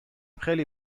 خیلی